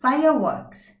Fireworks